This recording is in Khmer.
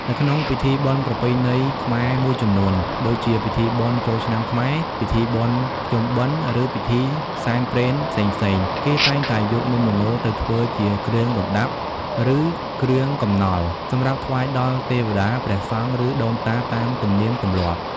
នៅក្នុងពិធីបុណ្យប្រពៃណីខ្មែរមួយចំនួន ដូចជាពិធីបុណ្យចូលឆ្នាំខ្មែរ ពិធីបុណ្យភ្ជុំបិណ្ឌ ឬពិធីសែនព្រេនផ្សេងៗ គេតែងតែយកនំល្ងទៅធ្វើជា គ្រឿងរណ្ដាប់ ឬគ្រឿងកំនល់ សម្រាប់ថ្វាយដល់ទេវតា ព្រះសង្ឃ ឬដូនតាតាមទំនៀមទម្លាប់។